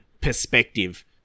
perspective